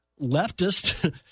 leftist